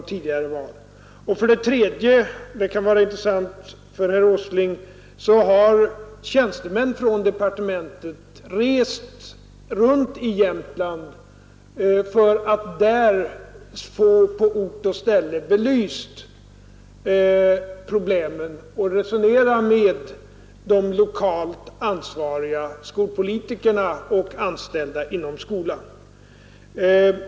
För det tredje vill jag säga — det kanske kan vara intressant för herr Åsling att veta — att tjänstemän från departementet rest runt i Jämtland för att där på ort och ställe få problemen belysta. De har där resonerat med lokalt ansvariga skolpolitiker och anställda inom skolan.